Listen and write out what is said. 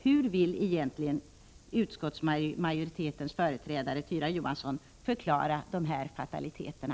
Hur vill egentligen utskottsmajoritetens företrädare Tyra Johansson förklara de här fataliteterna?